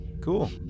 cool